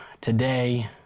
today